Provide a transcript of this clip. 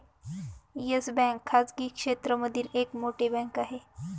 yes Bank खाजगी क्षेत्र मधली एक मोठी बँक आहे